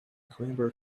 climber